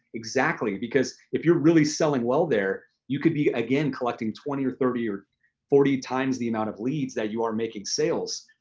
exactly, because if you're really selling well there, you could be, again, collecting twenty or thirty or forty times the amount of leads that you are making sales,